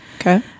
Okay